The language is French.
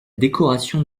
décoration